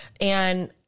And-